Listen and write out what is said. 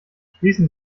schließen